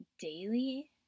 daily